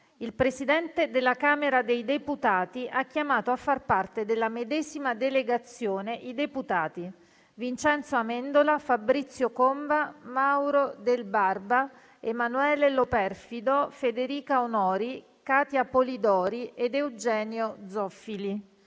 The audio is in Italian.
Il Presidente della Camera dei deputati ha chiamato a far parte della medesima delegazione i deputati: Vincenzo Amendola, Fabrizio Comba, Mauro Del Barba, Emanuele Loperfido, Federica Onori, Catia Polidori ed Eugenio Zoffili.